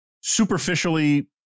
superficially